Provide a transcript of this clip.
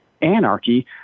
anarchy